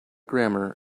grammar